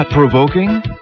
Provoking